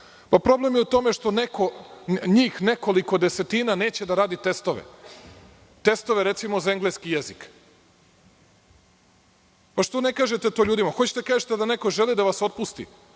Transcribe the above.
Problem je u tome što njih nekoliko desetina neće da radi testove, testove, recimo, za engleski jezik. Zašto to ne kažete to ljudima. Hoćete da kažete da neko želi da ih otpusti.